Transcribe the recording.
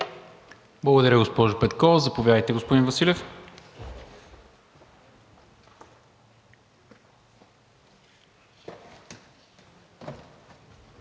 Благодаря, госпожо Петкова. Заповядайте, господин Василев.